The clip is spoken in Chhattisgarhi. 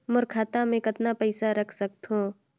मोर खाता मे मै कतना पइसा रख सख्तो?